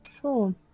Sure